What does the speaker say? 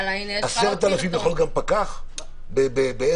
10,000 יכול גם פקח בעסק?